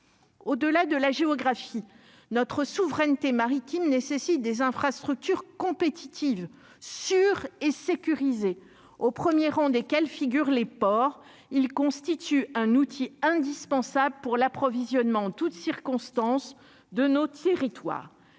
Au-delà de la géographie notre souveraineté maritime nécessite des infrastructures compétitives sûr et sécurisé au 1er rang desquels figurent les ports, il constitue un outil indispensable pour l'approvisionnement en toutes circonstances de nos Thierry toi